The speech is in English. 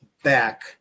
back